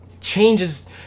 changes